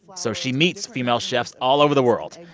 so she meets female chefs all over the world,